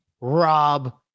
Rob